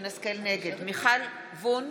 מיכל וונש,